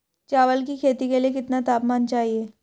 चावल की खेती के लिए कितना तापमान चाहिए?